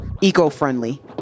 eco-friendly